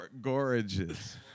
Gorgeous